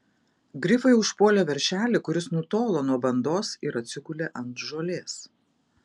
grifai užpuolė veršelį kuris nutolo nuo bandos ir atsigulė ant žolės